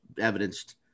evidenced